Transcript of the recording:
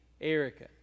Erica